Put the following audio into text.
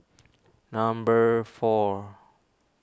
number four